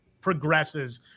progresses